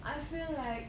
I feel like